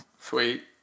Sweet